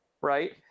right